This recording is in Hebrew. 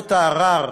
שוועדות הערר,